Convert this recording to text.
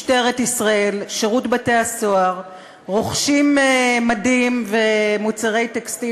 משטרת ישראל ושירות בתי-הסוהר רוכשים מדים ומוצרי טקסטיל